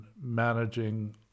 managing